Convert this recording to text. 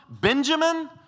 Benjamin